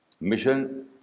mission